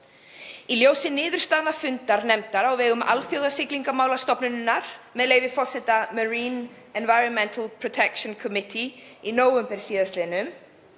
Í ljósi nýyfirstaðins fundar nefndar á vegum Alþjóðasiglingamálastofnunarinnar, með leyfi forseta, „Marine Environment Protection Committee“, í nóvember síðastliðnum